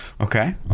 okay